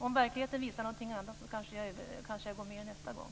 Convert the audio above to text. Om verkligheten visar någonting annat kanske jag går med er nästa gång.